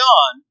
on